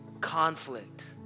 Conflict